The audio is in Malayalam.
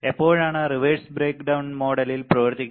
എപ്പോഴാണ് റിവേഴ്സ് ബ്രേക്ക്ഡൌൺ മോഡലിൽ പ്രവർത്തിക്കുന്നത്